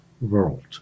world